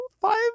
five